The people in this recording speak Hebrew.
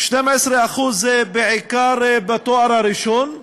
12% זה בעיקר בתואר הראשון.